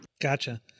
Gotcha